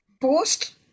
post